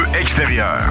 extérieur